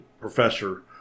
professor